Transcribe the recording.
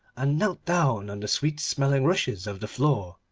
and knelt down on the sweet smelling rushes of the floor,